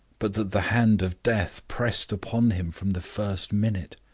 but that the hand of death pressed upon him from the first minute?